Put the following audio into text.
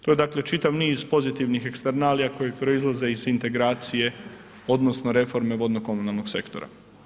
To je dakle čitav niz pozitivnih eksternalija koje proizlaze iz integracije odnosno reforme vodno-komunalnog sektora.